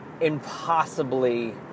impossibly